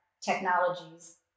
technologies